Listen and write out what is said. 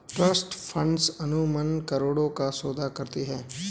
trust funds अमूमन करोड़ों का सौदा करती हैं